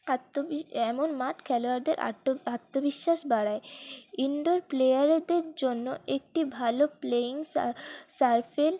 এমন মাঠ খেলোয়াড়দের আত্মবিশ্বাস বাড়ায় ইন্ডোর প্লেয়ারদের জন্য একটি ভালো প্লেইং সারফেস